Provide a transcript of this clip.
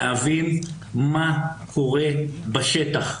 להבין מה קורה בשטח.